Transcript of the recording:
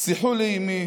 "שיחו לאימי